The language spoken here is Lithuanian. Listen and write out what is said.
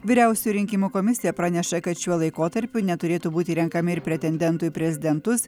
vyriausioji rinkimų komisija praneša kad šiuo laikotarpiu neturėtų būti renkami ir pretendentų į prezidentus